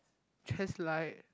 just like